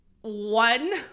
one